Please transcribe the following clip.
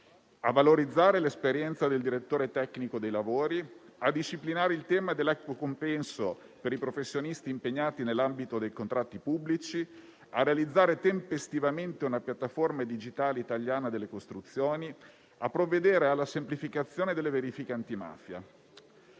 a valorizzare l'esperienza del direttore tecnico dei lavori, a disciplinare il tema dell'equo compenso per i professionisti impegnati nell'ambito dei contratti pubblici, a realizzare tempestivamente una piattaforma digitale italiana delle costruzioni e a provvedere alla semplificazione delle verifiche antimafia.